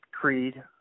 Creed